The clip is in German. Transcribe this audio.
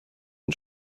ein